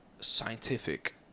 scientific